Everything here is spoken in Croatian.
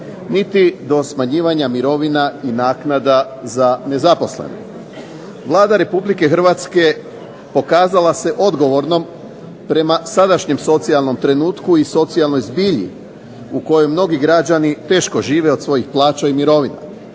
niti do smanjivanja mirovina i naknada za nezaposlene. Vlada Republike Hrvatske pokazala se odgovornom prema sadašnjem socijalnom trenutku i socijalnoj zbilji u kojoj mnogi građani teško žive od svojih plaća i mirovina.